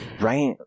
Right